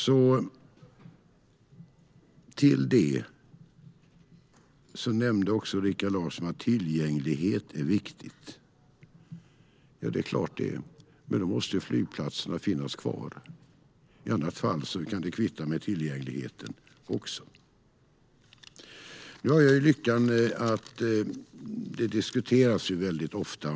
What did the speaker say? Rikard Larsson nämnde också att tillgänglighet är viktigt. Det är klart att det är, men då måste flygplatserna finnas kvar. I annat fall kan det kvitta med tillgängligheten. Samarbete eller inte med oss diskuteras ofta.